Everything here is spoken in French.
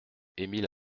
émile